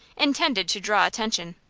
intended to draw attention.